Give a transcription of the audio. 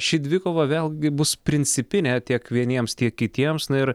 ši dvikova vėlgi bus principinė tiek vieniems tiek kitiems na ir